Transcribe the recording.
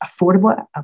affordable